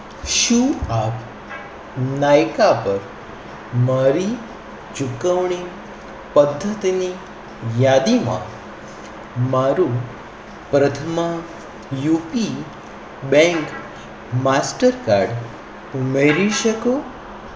શું આપ નાયકા પર મારી ચૂકવણી પદ્ધતિની યાદીમાં મારું પ્રથમ યુપી બેંક માસ્ટર કાર્ડ ઉમેરી શકો